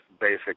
basic